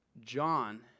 John